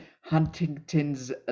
Huntington's